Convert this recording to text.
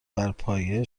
برپایه